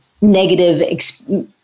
negative